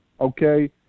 Okay